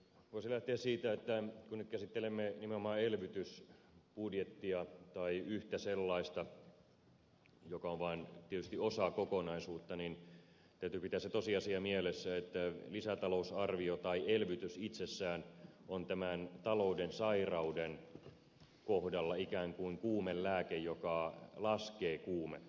voisin lähteä siitä että kun nyt käsittelemme nimenomaan elvytysbudjettia tai yhtä sellaista joka on vain tietysti osa kokonaisuutta niin täytyy pitää se tosiasia mielessä että lisätalousarvio tai elvytys itsessään on tämän talouden sairauden kohdalla ikään kuin kuumelääke joka laskee kuumetta